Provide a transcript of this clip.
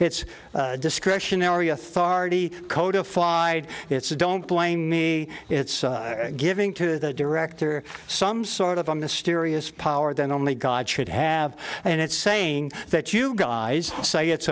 it's discretionary authority codify it's don't blame me it's giving to the director some sort of a mysterious power that only god should have and it's saying that you guys say it's